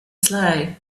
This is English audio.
slow